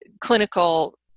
clinical